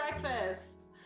breakfast